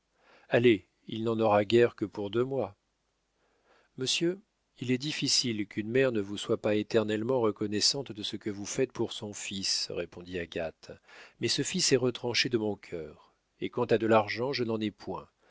allez il n'en aura guère que pour deux mois monsieur il est difficile qu'une mère ne vous soit pas éternellement reconnaissante de ce que vous faites pour son fils répondit agathe mais ce fils est retranché de mon cœur et quant à de l'argent je n'en ai point